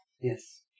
yes